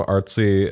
Artsy